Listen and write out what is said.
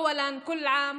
ראשית,